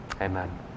Amen